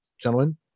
gentlemen